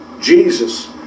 Jesus